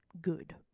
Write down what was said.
good